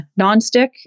nonstick